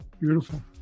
Beautiful